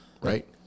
right